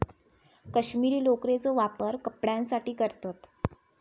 कश्मीरी लोकरेचो वापर कपड्यांसाठी करतत